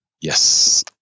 Yes